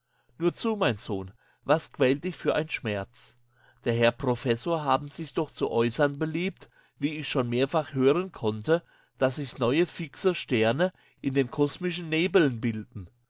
nur zu mein sohn was quält dich für ein schmerz der herr professor haben sich doch zu äußern beliebt wie ich schon mehrfach hören konnte daß sich neue fixe sterne in den komischen nebeln bilden